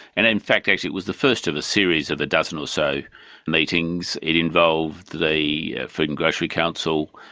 and in fact actually it was the first of a series of a dozen or so meetings, and it involved the food and grocery council,